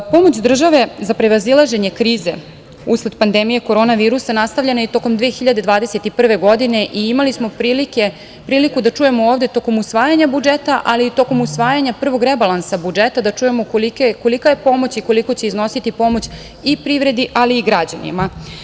Pomoć države za prevazilaženje krize usled pandemije korona virusa nastavljena je i tokom 2021. godine i imali smo priliku da čujemo ovde tokom usvajanja budžeta, ali i tokom usvajanja prvog rebalansa budžeta da čujemo kolika je pomoć i koliko će iznositi pomoć privredi, ali i građanima.